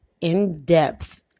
in-depth